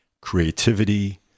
creativity